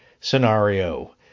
scenario